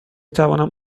توانم